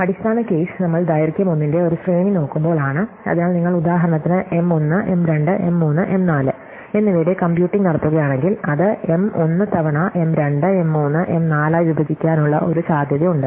അടിസ്ഥാന കേസ് നമ്മൾ ദൈർഘ്യം 1 ന്റെ ഒരു ശ്രേണി നോക്കുമ്പോൾ ആണ് അതിനാൽ നിങ്ങൾ ഉദാഹരണത്തിന് M 1 M 2 M 3 M 4 എന്നിവയുടെ കമ്പ്യൂട്ടിംഗ് നടത്തുകയാണെങ്കിൽ അത് M 1 തവണ M 2 M 3 M 4 ആയി വിഭജിക്കാനുള്ള ഒരു സാധ്യത ഉണ്ട്